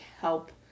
help